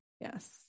yes